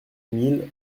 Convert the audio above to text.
mille